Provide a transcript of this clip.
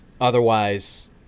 Otherwise